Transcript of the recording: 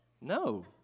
No